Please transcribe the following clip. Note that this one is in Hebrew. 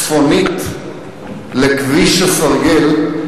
צפונית לכביש הסרגל,